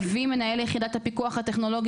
יביא מנהל יחידת הפיקוח הטכנולוגי